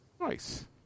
Nice